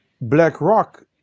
BlackRock